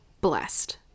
blessed